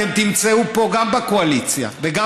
אתם תמצאו פה גם בקואליציה וגם